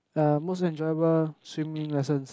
uh most enjoyable swimming lessons